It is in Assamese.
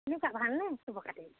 কেনেকুৱা ভালনে খবৰ খাতি